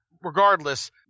regardless